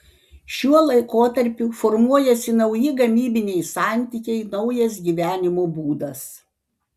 šiuo laikotarpiu formuojasi nauji gamybiniai santykiai naujas gyvenimo būdas